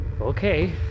Okay